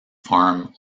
farm